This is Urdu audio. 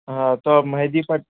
ہاں تو آپ مہدی پٹ